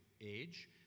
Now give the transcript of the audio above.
age